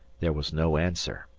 there was no answer,